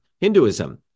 Hinduism